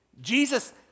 Jesus